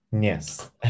Yes